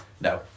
No